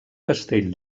castell